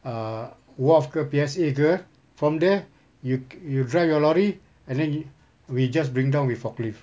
err wharf ke P_S_A ke from there you you drive your lorry and then we just bring down with forklift